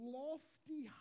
lofty